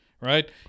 right